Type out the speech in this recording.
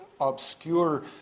obscure